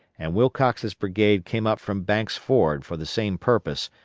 and wilcox's brigade came up from banks' ford for the same purpose,